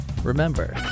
Remember